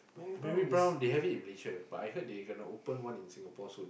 Mary-Brown they have it in Malaysia but I heard they gonna open one in Singapore soon